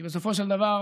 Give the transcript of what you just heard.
כי בסופו של דבר